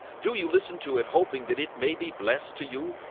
do you listen to it? hoping that it may be blessed to you?